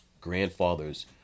grandfather's